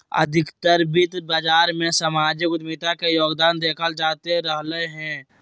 अधिकतर वित्त बाजार मे सामाजिक उद्यमिता के योगदान देखल जाते रहलय हें